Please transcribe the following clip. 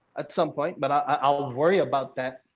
at some point, but i'll worry about that.